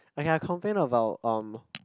okay I complained about um